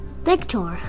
Victor